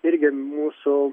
irgi mūsų